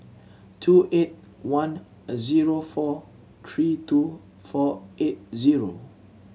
two eight one zero four three two four eight zero